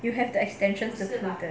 you have the extension to be the girl